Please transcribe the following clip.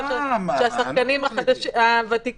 אני לא בטוחה שהשחקנים הוותיקים,